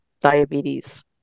diabetes